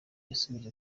yasubije